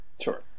Sure